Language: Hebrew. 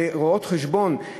רואות-חשבון,